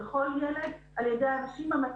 יש שתיים מהן שאני שמח שהן לא על השולחן והן דווקא